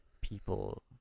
people